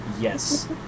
Yes